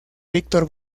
víctor